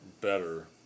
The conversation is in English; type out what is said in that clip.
better